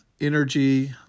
energy